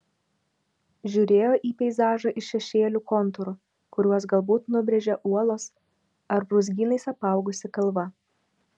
žiūrėjo į peizažą iš šešėlių kontūrų kuriuos galbūt nubrėžė uolos ar brūzgynais apaugusi kalva